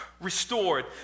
Restored